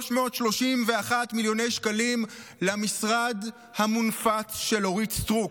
331 מיליון שקלים למשרד המונפץ של אורית סטרוק,